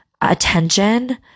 attention